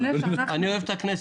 אני אוהב את הכנסת.